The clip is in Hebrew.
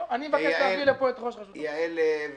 אני מבקש להביא לפה את ראש רשות --- איתן, האם